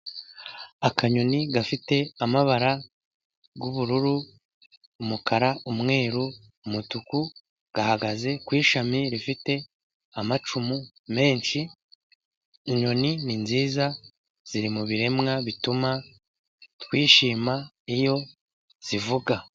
Akanyoni gafite amabara y'ubururu, umukara ,umweru, umutuku, gahagaze ku ishami rifite amacumu menshi. Inyoni ni nziza ziri mu biremwa bituma twishima iyo zivuga.